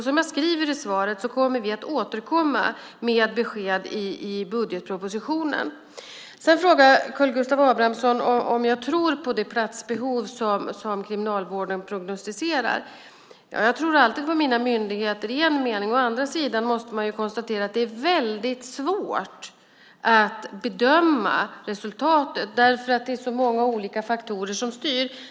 Som jag sade i mitt svar kommer vi att återkomma med besked i budgetpropositionen. Karl Gustav Abramsson frågade om jag tror på det platsbehov som Kriminalvården prognostiserar. Jag tror å ena sidan alltid på mina myndigheter. Å andra sidan måste man konstatera att det är svårt att bedöma resultatet därför att det är så många olika faktorer som styr.